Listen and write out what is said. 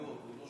הוא באוזניות.